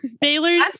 Baylor's